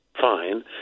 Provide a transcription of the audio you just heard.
fine